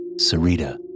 Sarita